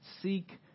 seek